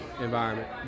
environment